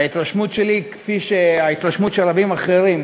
וההתרשמות שלי היא כמו ההתרשמות של רבים אחרים,